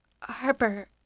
Harper